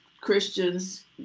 Christians